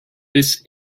this